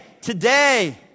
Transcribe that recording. today